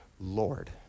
Lord